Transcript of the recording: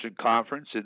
Conference